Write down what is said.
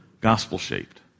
gospel-shaped